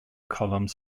columns